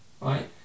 Right